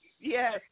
yes